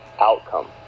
outcome